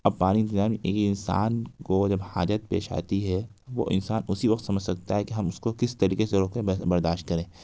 اب پانی کا انتظام ایک انسان کو جب حاجت پیش آتی ہے وہ انسان اسی وقت سمجھ سکتا ہے کہ ہم اس کو کس طریقے سے روکیں برداشت کریں